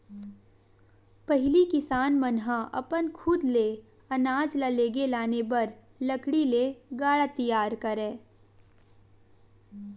पहिली किसान मन ह अपन खुद ले अनाज ल लेगे लाने बर लकड़ी ले गाड़ा तियार करय